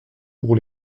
pour